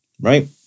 right